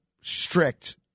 strict